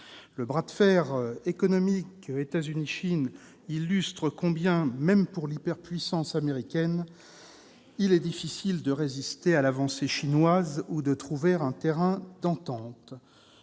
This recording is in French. Le bras de fer économique entre les États-Unis et la Chine illustre combien, même pour l'hyperpuissance américaine, il est difficile de résister à l'avancée chinoise ou de trouver un terrain d'entente.